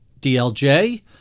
DLJ